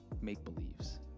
make-believes